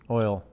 oil